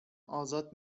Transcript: آزاد